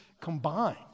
combined